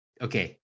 okay